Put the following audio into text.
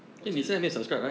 我记得